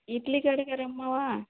இட்லி கடைக்கார அம்மாவா